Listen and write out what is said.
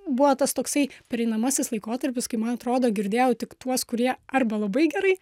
buvo tas toksai pereinamasis laikotarpis kai man atrodo girdėjau tik tuos kurie arba labai gerai